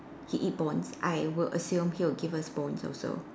he eat bones I will assume he'll give us bones also